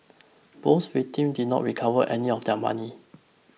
both victim did not recover any of their money